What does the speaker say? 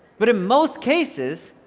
but in most cases,